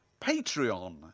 Patreon